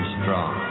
strong